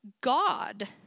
God